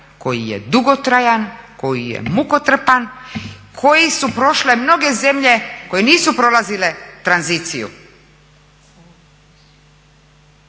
koji je dugotrajan, koji je mukotrpan, koji su prošle mnoge zemlje koje nisu prolazile tranziciju.